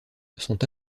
sont